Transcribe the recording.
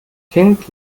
kind